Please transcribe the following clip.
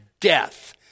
death